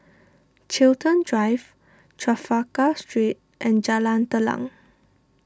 Chiltern Drive Trafalgar Street and Jalan Telang